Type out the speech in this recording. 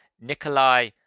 Nikolai